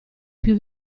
più